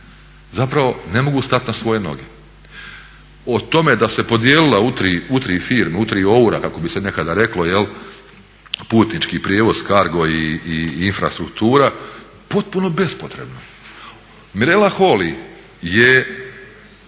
zapravo ne mogu stati na svoje noge. O tome da se podijelila u tri firme, u tri oura kako bi se nekada reklo jel', putnički prijevoz, cargo i infrastruktura, potpuno bespotrebno. Mirela Holy je